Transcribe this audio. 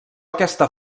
aquesta